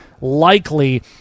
likely